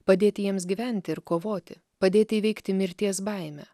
padėti jiems gyventi ir kovoti padėti įveikti mirties baimę